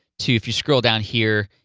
to if you scroll down here,